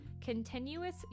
continuous